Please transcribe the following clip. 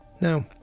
Now